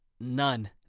None